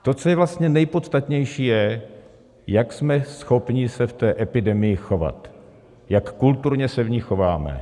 To, co je vlastně nejpodstatnější, je, jak jsme schopni se v té epidemii chovat, jak kulturně se v ní chováme.